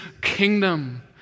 kingdom